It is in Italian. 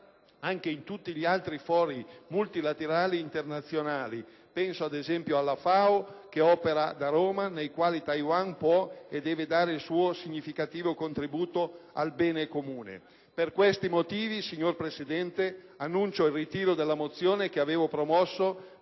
anche in tutti gli altri fori multilaterali internazionali - penso ad esempio alla FAO che opera da Roma - nei quali Taiwan può e deve dare il suo significativo contributo al bene comune. Per questi motivi, signor Presidente annuncio il ritiro della mozione che avevo promosso